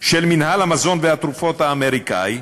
של מינהל המזון והתרופות האמריקני,